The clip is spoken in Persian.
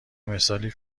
مثالی